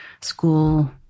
school